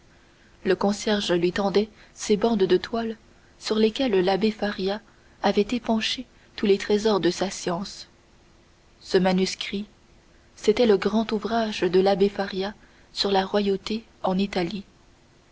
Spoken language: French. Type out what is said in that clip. le concierge lui tendait ces bandes de toile sur lesquelles l'abbé faria avait épanché tous les trésors de sa science ce manuscrit c'était le grand ouvrage de l'abbé faria sur la royauté en italie